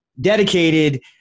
dedicated